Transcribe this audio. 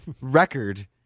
record